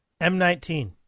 M19